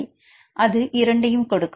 மாணவர் அது இரண்டையும் கொடுக்கும்